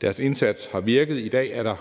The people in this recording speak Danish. deres indsats har virket. I dag er der